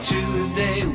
Tuesday